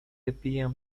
wypije